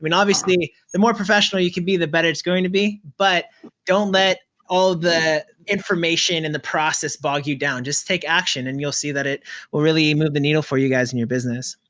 i mean obviously, the more professional you can be, the better it's going to be, but don't let all the information and the process bog you down, just take action and you'll see that it will really move the needle for you guys in your business.